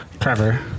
Trevor